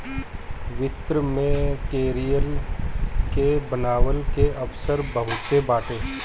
वित्त में करियर के बनवला के अवसर बहुते बाटे